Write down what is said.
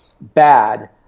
bad